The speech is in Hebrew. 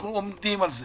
אנחנו עומדים על זה